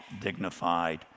dignified